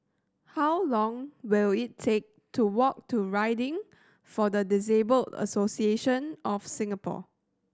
how long will it take to walk to Riding for the Disabled Association of Singapore